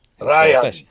Ryan